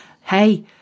hey